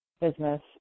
business